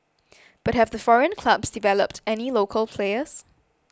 but have the foreign clubs developed any local players